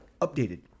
updated